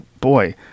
boy